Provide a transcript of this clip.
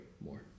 more